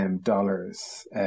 dollars